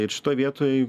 ir šitoj vietoj